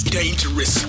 dangerous